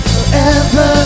Forever